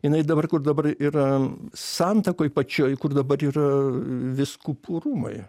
jinai dabar kur dabar yra santakoj pačioj kur dabar yra viskupų rūmai